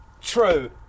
True